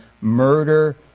murder